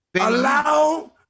Allow